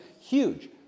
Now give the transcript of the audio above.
huge